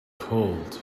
cold